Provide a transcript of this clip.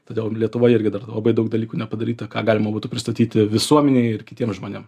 todėl lietuvoje irgi dar labai daug dalykų nepadaryta ką galima būtų pristatyti visuomenei ir kitiems žmonėm